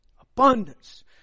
Abundance